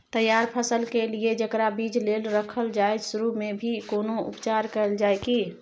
तैयार फसल के लिए जेकरा बीज लेल रखल जाय सुरू मे भी कोनो उपचार कैल जाय की?